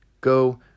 Go